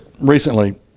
recently